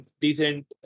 decent